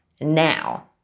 now